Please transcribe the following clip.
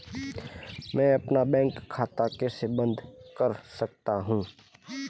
मैं अपना बैंक खाता कैसे बंद कर सकता हूँ?